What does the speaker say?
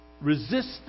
Resist